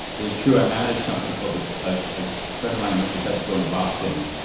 is true i manage something called. a friend of mine decided to go into boxing,